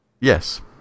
Yes